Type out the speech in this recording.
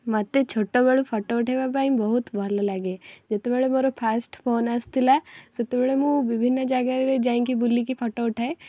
ମୋତେ ଛୋଟବେଳୁ ଫଟୋ ଉଠାଇବାପାଇଁ ବହୁତୁ ଭଲଲାଗେ ଯେତେବେଳେ ମୋର ଫାଷ୍ଟ ଫୋନ ଆସିଥିଲା ସେତେବେଳେ ମୁଁ ବିଭିନ୍ନ ଜାଗାରେ ଯାଇଁକି ବୁଲିକି ଫଟୋ ଉଠାଏ